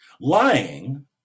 Lying